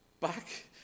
back